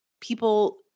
people